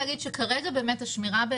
כפוף לאישור פיקוד המשטרה.